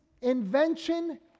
invention